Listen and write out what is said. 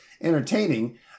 entertaining